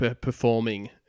performing